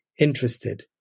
interested